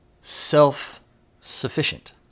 self-sufficient